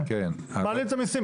אני חושבת שהסמכויות,